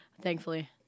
Thankfully